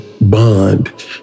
bond